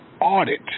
audit